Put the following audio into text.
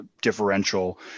differential